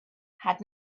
had